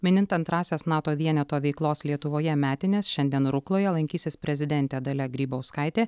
minint antrąsias nato vieneto veiklos lietuvoje metines šiandien rukloje lankysis prezidentė dalia grybauskaitė